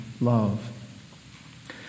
love